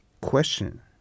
question